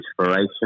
inspiration